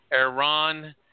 Iran